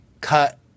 cut